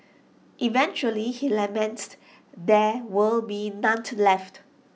eventually he laments there will be none left